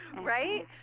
Right